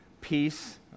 peace